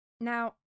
Now